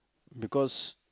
because